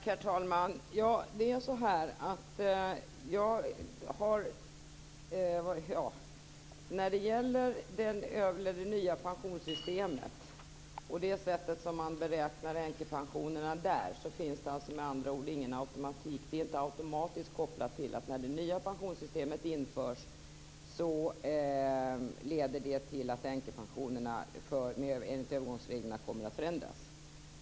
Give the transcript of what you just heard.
Herr talman! När det gäller det nya pensionssystemet och det sätt som man där beräknar änkepensionerna på, finns det ingen automatik. Det nya pensionssystemet är inte automatiskt kopplat till att när det införs leder det till att änkepensionerna enligt övergångsreglerna kommer att förändras.